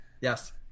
Yes